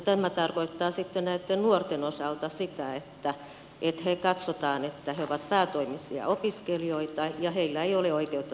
tämä tarkoittaa näitten nuorten osalta sitä että katsotaan että he ovat päätoimisia opiskelijoita ja heillä ei ole oikeutta työttömyysetuuteen